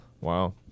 wow